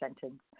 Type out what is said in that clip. sentence